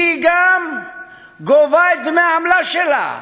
היא גם גובה את דמי העמלה שלה,